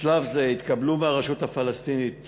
בשלב זה התקבלו מהרשות הפלסטינית